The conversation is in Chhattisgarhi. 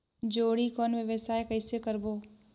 जोणी कौन व्यवसाय कइसे करबो?